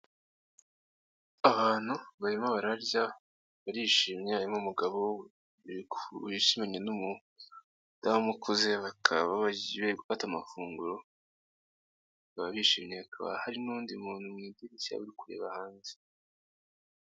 Ahantu barimo bararya bishimye harimo umugabo wishimye n'umudamu ukuze, bakaba bari gufata amafunguro bakaba bishinye hari n'uwundi muntu icaye ukebuka areba hanze.